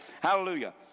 Hallelujah